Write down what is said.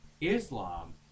Islam